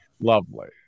Lovely